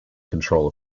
control